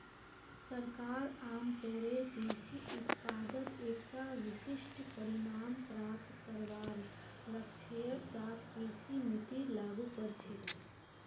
सरकार आमतौरेर कृषि उत्पादत एकता विशिष्ट परिणाम प्राप्त करवार लक्ष्येर साथ कृषि नीतिर लागू कर छेक